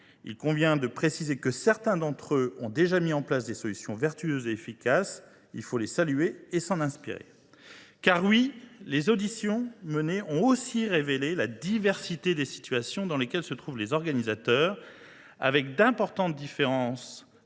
billets entre particuliers. Certains d’entre eux ont d’ailleurs déjà mis en place des solutions vertueuses et efficaces. Il faut les saluer et s’en inspirer. En effet, les auditions menées ont aussi révélé la diversité des situations dans lesquelles se trouvent les organisateurs, d’importantes différences